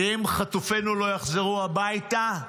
אם חטופינו לא יחזרו הביתה,